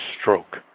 stroke